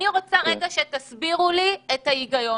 אני רוצה שתסבירו לי את ההיגיון.